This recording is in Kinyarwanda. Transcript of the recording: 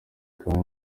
kandi